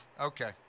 okay